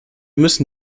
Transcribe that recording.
müssen